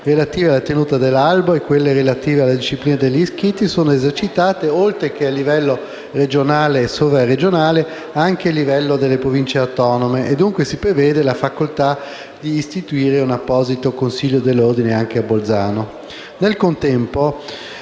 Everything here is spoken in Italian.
relative alla tenuta dell'albo e quelle relative alla disciplina degli iscritti sono esercitate, oltre che a livello regionale e sovraregionale, anche a livello delle Province autonome e, dunque, si prevede la facoltà di istituire un apposito Consiglio dell'Ordine anche a Bolzano. Nel contempo